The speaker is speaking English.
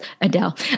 Adele